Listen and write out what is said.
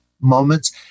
moments